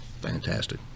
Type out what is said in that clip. fantastic